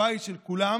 הבית של כולם,